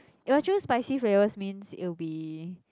if I choose spicy flavours means it will be